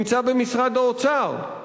במשרד האוצר.